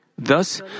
Thus